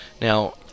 now